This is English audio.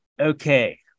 Okay